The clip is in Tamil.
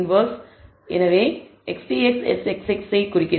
எனவே XTX SXX ஐ குறிக்கிறது